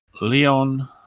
Leon